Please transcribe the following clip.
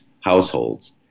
households